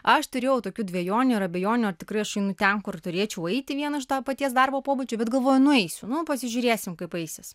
aš turėjau tokių dvejonių ir abejonių ar tikrai aš einu ten kur turėčiau eiti vien iš to paties darbo pobūdžio bet galvoju nueisiu nu pasižiūrėsim kaip eisis